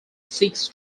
seeks